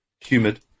humid